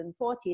2014